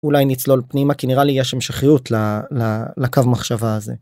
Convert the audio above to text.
אולי נצלול פנימה כי נראה לי יש המשכיות לקו מחשבה הזה.